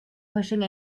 pushing